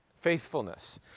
faithfulness